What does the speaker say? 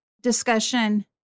discussion